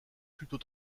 plutôt